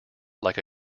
like